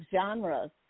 genres